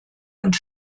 und